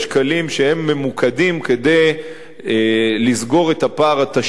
שהם ממוקדים כדי לסגור את הפער התשתיתי,